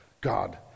God